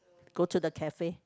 go to the cafe